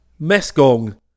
mesgong